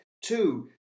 Two